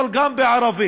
אבל גם בערבית.